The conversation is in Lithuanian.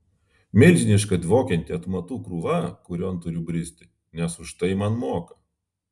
milžiniška dvokianti atmatų krūva kurion turiu bristi nes už tai man moka